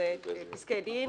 אלו פסקי דין,